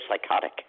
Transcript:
psychotic